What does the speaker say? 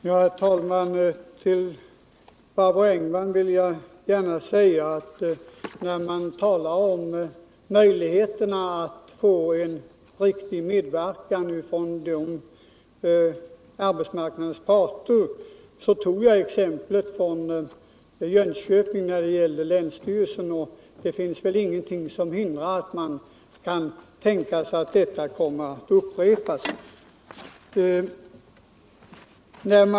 Herr talman! Vad gäller möjligheterna till en riktig medverkan från arbetsmarknadens parter, Barbro Engman, tog jag mitt exempel från Jönköping när det gällde länsstyrelsen. Det finns väl ingenting som hindrar att detta kan komma att upprepa sig.